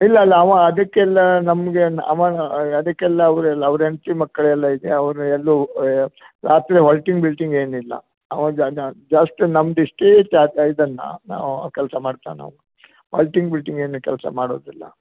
ಇಲ್ಲ ಇಲ್ಲ ಅವ ಅದಕ್ಕೆಲ್ಲ ನಮ್ಗೆ ಏನು ಅವ ಅದಕ್ಕೆಲ್ಲ ಅವರೆಲ್ಲ ಅವ್ರ ಹೆಂಡ್ತಿ ಮಕ್ಕಳೆಲ್ಲ ಇದೆ ಅವರು ಎಲ್ಲೂ ರಾತ್ರಿ ಹಾಲ್ಟಿಂಗ್ ಬೀಲ್ಟಿಂಗ್ ಏನಿಲ್ಲ ಅವ ಜಸ್ಟ್ ನಮ್ದು ಇಷ್ಟೇ ಜಾ ತ ಇದನ್ನು ಕೆಲಸ ಮಾಡ್ತಾನವನು ಹಾಲ್ಟಿಂಗ್ ಬೀಲ್ಟಿಂಗ್ ಏನು ಕೆಲಸ ಮಾಡೋದಿಲ್ಲ